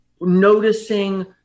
noticing